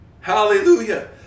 Hallelujah